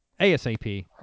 ASAP